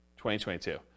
2022